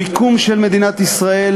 המיקום של מדינת ישראל,